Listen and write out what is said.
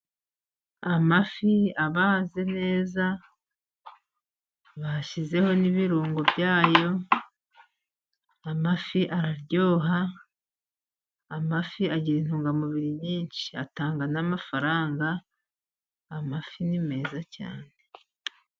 Amafi abaze neza， bashyizeho n'ibirungo byayo，amafi araryoha， amafi agira intungamubiri nyinshi，atanga n'amafaranga. Amafi ni meza cyane.